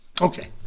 Okay